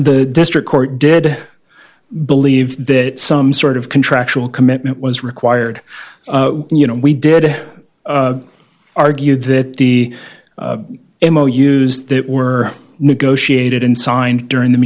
the district court did believe that some sort of contractual commitment was required and you know we did argue that the m o use that were negotiated and signed during the